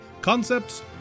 concepts